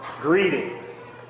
greetings